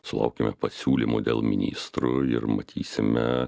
sulaukime pasiūlymų dėl ministrų ir matysime